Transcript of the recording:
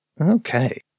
Okay